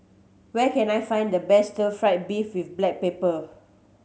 where can I find the best Stir Fry beef with black pepper